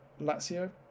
Lazio